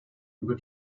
über